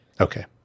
Okay